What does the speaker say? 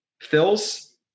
Fills